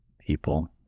people